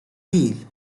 değil